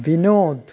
Vinod